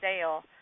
sale